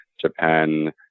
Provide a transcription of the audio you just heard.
Japan